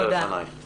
אני רוצה